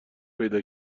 پیدا